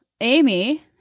Amy